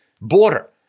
border